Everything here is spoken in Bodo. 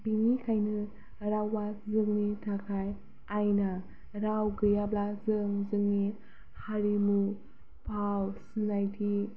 बिनिखायनो रावआ जोंनि थाखाय आइना राव गैयाब्ला जों जोंनि हारिमु फाव सिनायथि